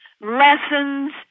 lessons